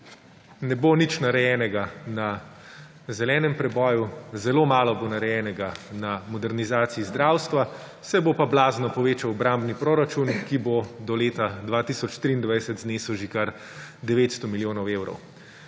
Ne bo nič narejenega na zelenem preboju, zelo malo bo narejenega na modernizaciji zdravstva, se bo pa blazno povečal obrambni proračun, ki bo do leta 2023 znesel že kar 900 milijonov evrov.